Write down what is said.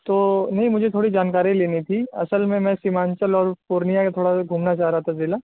تو نہیں مجھے تھوڑی جانکاری لینی تھی اصل میں میں سیمانچل اور پورنیہ میں تھوڑا سا گھومنا چاہ رہا تھا ضلع